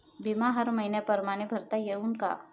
बिमा हर मइन्या परमाने भरता येऊन का?